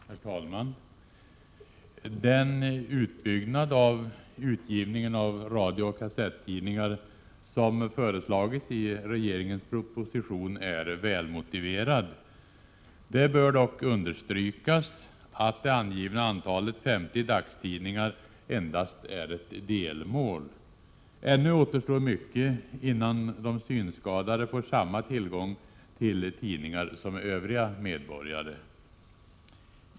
Herr talman! Den utbyggnad av utgivningen av radiooch kassettidningar som föreslagits i regeringens proposition är välmotiverad. Det bör dock understrykas att det angivna antalet 50 dagstidningar endast är ett delmål. Ännu återstår mycket innan de synskadade får samma tillgång till tidningar som övriga medborgare.